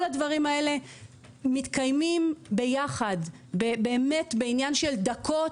כל הדברים האלה מתקיימים ביחד ובאמת בעניין של דקות.